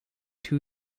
two